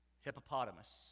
hippopotamus